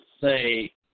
say